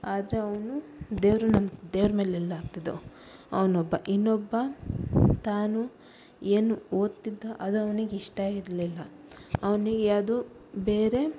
ಆದರೆ ಅವನು ದೇವ್ರನ್ನ ನಮ್ ದೇವ್ರ ಮೇಲೆ ಎಲ್ಲ ಹಾಕ್ತಿದ್ದ ಅವ್ನು ಒಬ್ಬ ಇನ್ನೊಬ್ಬ ತಾನು ಏನು ಓದ್ತಿದ್ದ ಅದು ಅವ್ನಿಗೆ ಇಷ್ಟ ಇರಲಿಲ್ಲ ಅವನಿಗೆ ಅದು ಬೇರೆ